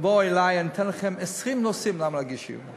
תבואו אלי ואני אתן לכם עשרים נושאים למה להגיש אי-אמון